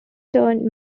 turn